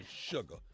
Sugar